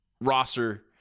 Roster